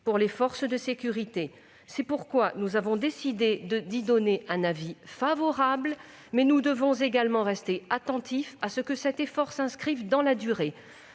pour les forces de sécurité. C'est pourquoi nous avons décidé d'y donner un avis favorable. Cependant, nous devons rester attentifs à ce que cet effort s'inscrive dans la durée.